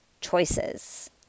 choices